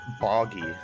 boggy